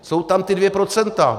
Jsou tam ta dvě procenta.